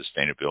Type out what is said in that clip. sustainability